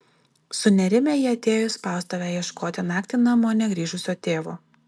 sunerimę jie atėjo į spaustuvę ieškoti naktį namo negrįžusio tėvo